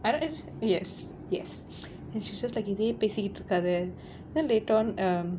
yes yes and she's just like இதே பேசிட்டு இருக்காத:ithae pesittu irukkaathae then later on um